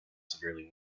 severely